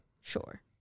Sure